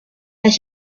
their